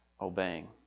obeying